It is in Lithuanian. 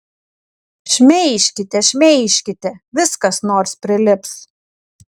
šmeižkite šmeižkite vis kas nors prilips